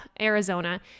Arizona